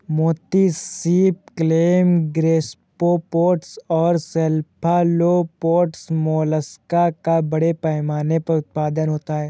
मोती सीप, clam, gastropods और सेफलोपोड्स मोलस्क का बड़े पैमाने पर उत्पादन होता है